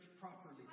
properly